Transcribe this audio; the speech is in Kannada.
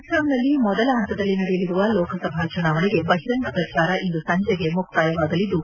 ಅಸ್ಲಾಂನಲ್ಲಿ ಮೊದಲ ಹಂತದಲ್ಲಿ ನಡೆಯಲಿರುವ ಲೋಕಸಭಾ ಚುನಾವಣೆಗೆ ಬಹಿರಂಗ ಪ್ರಚಾರ ಇಂದು ಸಂಜೆಗೆ ಮುಕ್ತಾಯವಾಗಲಿದ್ದು